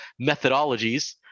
methodologies